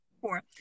Four